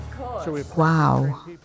Wow